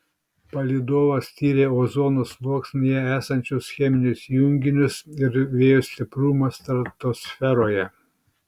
palydovas tyrė ozono sluoksnyje esančius cheminius junginius ir vėjo stiprumą stratosferoje